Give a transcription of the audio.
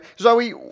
Zoe